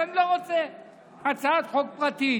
אז אני לא רוצה הצעת חוק פרטית.